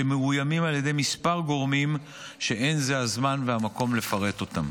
שמאוימים על ידי כמה גורמים שאין זה הזמן והמקום לפרט אותם.